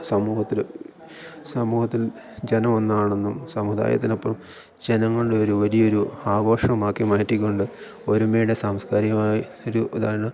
സമൂഹത്തിൽ സമൂഹത്തിൽ ജനം ഒന്നാണെന്നും സമുദായത്തിന് അപ്പറം ജനങ്ങളുടെ ഒരു വലിയ ഒരു ആഘോഷമാക്കി മാറ്റിക്കൊണ്ട് ഒരുമയുടെ സാംസ്കാരികമായി ഒരു ഉദഹരണം